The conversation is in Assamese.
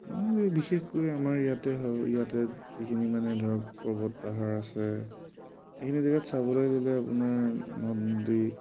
মানে বিশেষকৈ আমাৰ ইয়াতে ইয়াতে যিখিনি মানে ধৰক পৰ্বত পাহাৰ আছে এইখিনি জেগাত চাবলৈ গ'লে আপোনাৰ নদী